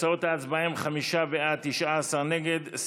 תוצאות ההצבעה הן חמישה בעד, 19 נגד.